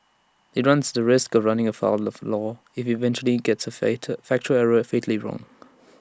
IT runs the risk of running afoul of the law if IT eventually gets A fate factual error fatally wrong